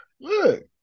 look